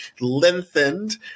lengthened